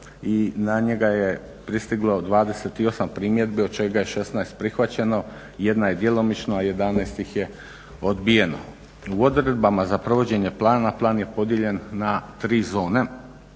na njega je pristiglo 28 primjedbi od čega je 16 prihvaćeno, jedna je djelomično a 11 ih je odbijeno. U odredbama za provođenje plana, plan je podijeljen na tri zone